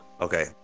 Okay